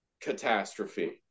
catastrophe